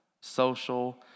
social